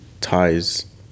ties